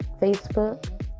facebook